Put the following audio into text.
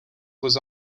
was